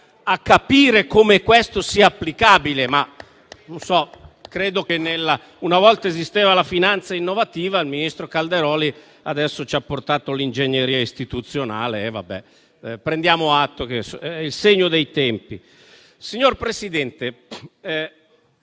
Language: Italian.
a capire come questo sia applicabile. Una volta esisteva la finanza innovativa e il ministro Calderoli adesso ci ha portato l'ingegneria istituzionale.